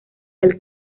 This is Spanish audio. del